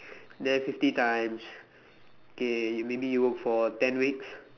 then fifty times okay maybe you work for ten weeks